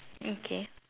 okay